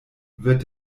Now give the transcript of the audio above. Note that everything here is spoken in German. wird